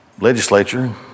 legislature